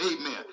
Amen